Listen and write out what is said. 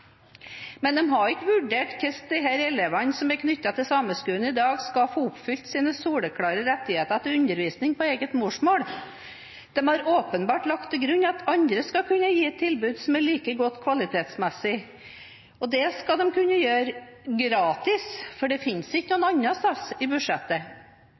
Men de har ikke vurdert hvordan de elevene som er knyttet til Sameskolen i dag, skal få oppfylt sine soleklare rettigheter til undervisning på eget morsmål. De har åpenbart lagt til grunn at andre skal kunne gi et tilbud som er like godt kvalitetsmessig, og det skal de kunne gjøre gratis, for det fins ikke noe annet sted i budsjettet.